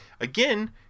again